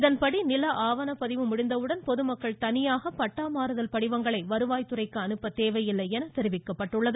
இதன்படி நில முடிந்தவுடன் பொதுமக்கள் தனியாக பட்டா மாறுதல் படிவங்களை வருவாய் துறைக்கு அனுப்ப தேவையில்லை என தெரிவிக்கப்பட்டுள்ளது